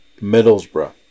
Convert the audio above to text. Middlesbrough